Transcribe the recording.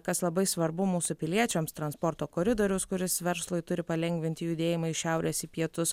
kas labai svarbu mūsų piliečiams transporto koridorius kuris verslui turi palengvinti judėjimą iš šiaurės į pietus